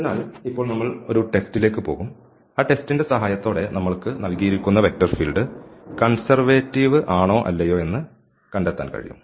അതിനാൽ ഇപ്പോൾ നമ്മൾ ഒരു ടെസ്റ്റിലേക്ക് പോകും ആ ടെസ്റ്റിന്റെ സഹായത്തോടെ നമ്മൾക്ക് നൽകിയിരിക്കുന്ന വെക്റ്റർ ഫീൽഡ് കൺസെർവേറ്റീവ് മാണോ അല്ലയോ എന്ന് കണ്ടെത്താൻ കഴിയും